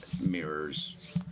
mirrors